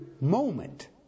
moment